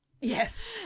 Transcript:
Yes